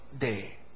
day